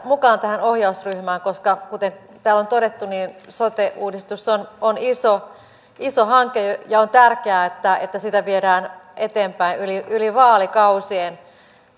mukaan tähän ohjausryhmään koska kuten täällä on todettu sote uudistus on on iso iso hanke ja on tärkeää että että sitä viedään eteenpäin yli yli vaalikausien